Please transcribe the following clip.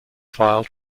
file